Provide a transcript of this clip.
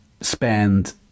spend